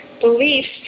beliefs